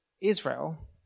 Israel